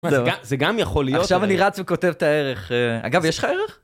זה גם יכול להיות -עכשיו אני רץ וכותב את הערך אגב יש לך ערך